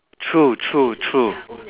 true true true